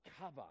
cover